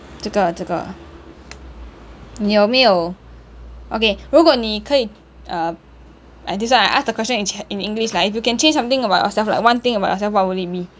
这个这个你有没有 okay 如果你可以 uh I this one I ask the question in chi~ in english lah if you can change something about yourself like one thing about yourself what would it be